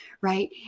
Right